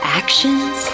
actions